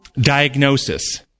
Diagnosis